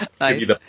Nice